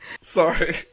sorry